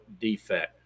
defect